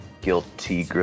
Guilty